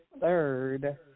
third